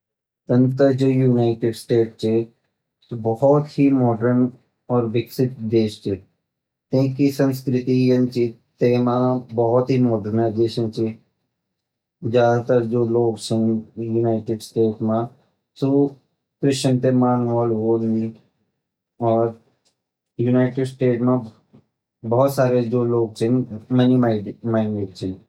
तन ता यू जू यूनाइटेड स्टेट्स ची ऊ भोत मोर्डर्न अर विकसित देश ची तेगी संस्कृति यन ची की तेमा भोत मोर्डनाइज़ेशन ची ज़्यदा तर जू लोग चीन यूनाइटेड स्टेट्स मा सू क्रिस्टियन ते मान ववा छिन अर ज़्यादा तर लोग मनी माइंडेड छिन।